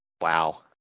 Wow